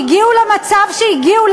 שהגיעו למצב שהגיעו,